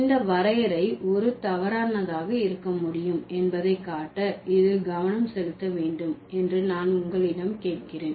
இந்த வரையறை ஒரு தவறானதாக இருக்க முடியும் என்பதை காட்ட இதில் கவனம் செலுத்த வேண்டும் என்று நான் உங்களிடம் கேட்கிறேன்